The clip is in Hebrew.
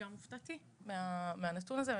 גם אני הופתעתי מהנתון הזה.